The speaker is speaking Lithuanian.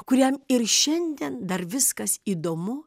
kuriam ir šiandien dar viskas įdomu